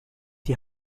die